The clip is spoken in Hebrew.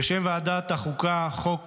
בשם ועדת החוקה, חוק